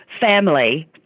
family